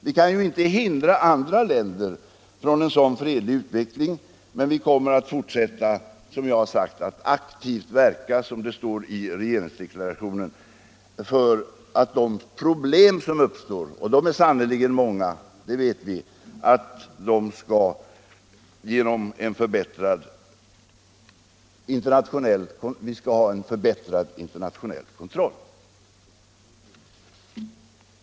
Vi kan inte hindra andra länder från en sådan fredlig utveckling, men vi kommer att fortsätta att aktivt verka, som det står i regeringsdeklarationen, för att de problem som uppstår — och de är sannerligen många, det vet vi — skall göras till föremål för en förbättrad internationell kontroll.